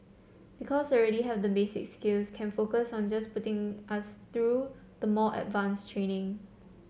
because already have the basic skills can focus on just putting us through the more advanced training